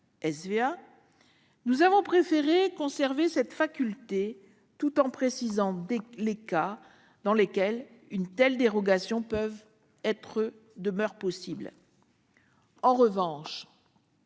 SVA, nous avons préféré conserver cette faculté tout en précisant les cas dans lesquels une telle dérogation demeurait possible. En revanche,